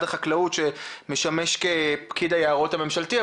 החקלאות שמשמש כפקיד היערות הממשלתי.